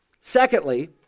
Secondly